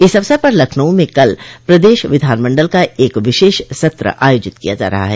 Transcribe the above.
इस अवसर पर लखनऊ में कल प्रदेश विधानमंडल का एक विशेष सत्र आयोजित किया जा रहा है